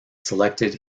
selected